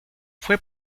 fue